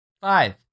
Five